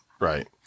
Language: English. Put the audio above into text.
Right